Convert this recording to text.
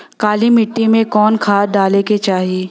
काली मिट्टी में कवन खाद डाले के चाही?